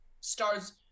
stars